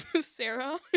Sarah